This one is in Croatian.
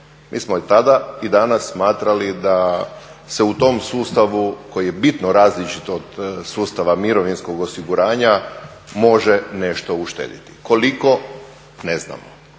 Mi smo i tada i danas smatrali da se u tom sustavu koji je bitno različit od sustava mirovinskog osiguranja može nešto uštediti, koliko ne znamo,